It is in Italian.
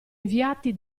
inviati